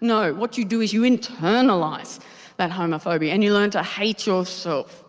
no what you do is you internalize that homophobia and you learn to hate yourself